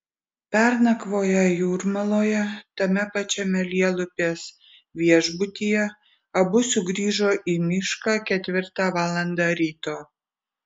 pernakvoję jūrmaloje tame pačiame lielupės viešbutyje abu sugrįžo į mišką ketvirtą valandą ryto